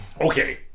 Okay